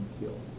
killed